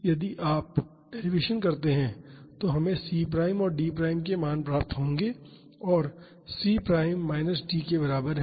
इसलिए यदि आप डैरीवेसन करते हैं तो हमें C प्राइम और D प्राइम के मान प्राप्त होंगे और C प्राइम माइनस डी के बराबर है